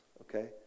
Okay